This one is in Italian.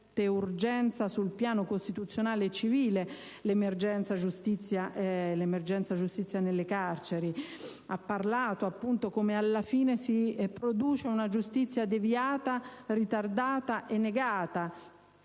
urgenza sul piano costituzionale e civile» l'emergenza giustizia nelle carceri. Egli ha parlato di come alla fine si produca «una giustizia deviata», «ritardata e negata»